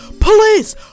Police